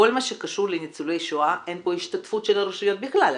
כל מה שקשור לניצולי שואה אין פה השתתפות של הרשויות בכלל,